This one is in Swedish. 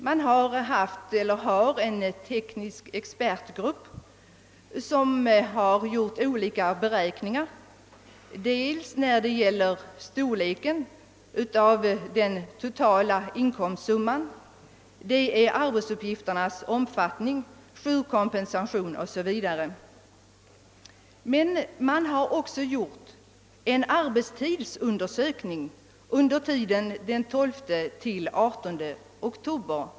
Man har en teknisk expertgrupp som har gjort olika beräkningar för att få fram storleken av den totala inkomstsumman, arbetsuppgifternas omfattning, jourkompensation, o.s.v. Men man har också gjort en arbetstidsundersökning under tiden 12—18 oktober.